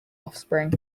offspring